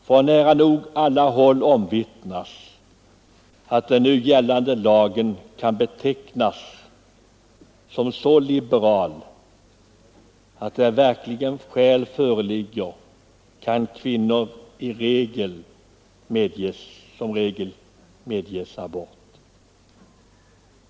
Från nära nog alla håll omvittnas att den nu gällande lagen kan betecknas som så liberal att där verkliga skäl föreligger kan kvinnor som regel medges abort.